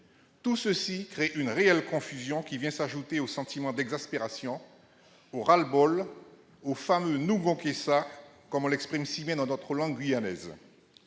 Tout cela crée une réelle confusion qui vient s'ajouter au sentiment d'exaspération, au « ras-le-bol », au fameux «», comme on l'exprime si bien dans notre langue guyanaise.